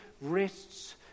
rests